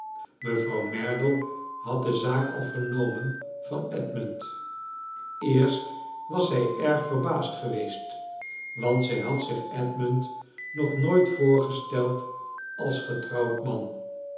mevrouw merdle had de zaak al vernomen van edmund eerst was zij erg verbaasd geweest want zij had zich edmund nog nooit voorgesteld als getrouwd man